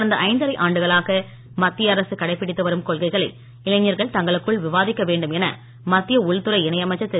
கடந்த ஐந்தரை ஆண்டுகளாக மத்திய அரசு கடைபிடித்து வரும் கொள்கைளை இளைஞர்கள் தங்களுக்குள் விவாதிக்க வேண்டும் என மத்திய உள்துறை இணை அமைச்சர் திரு